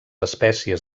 espècies